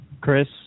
Chris